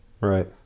right